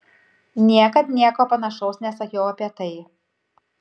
niekad nieko panašaus nesakiau apie tai